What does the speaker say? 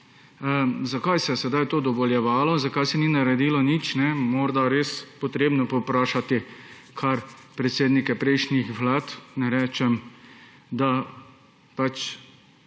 Zakaj se je to dovoljevalo, zakaj se ni naredilo nič? Morda je res potrebno povprašati kar predsednike prejšnjih vlad. Ne